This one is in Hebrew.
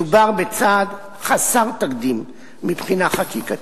מדובר בצעד חסר תקדים מבחינה חקיקתית,